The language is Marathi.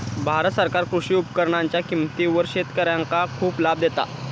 भारत सरकार कृषी उपकरणांच्या किमतीवर शेतकऱ्यांका खूप लाभ देता